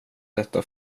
detta